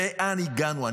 לאן הגענו?